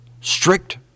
strict